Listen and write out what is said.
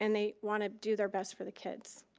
and they want to do their best for the kids.